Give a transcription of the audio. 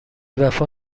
وفا